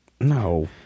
no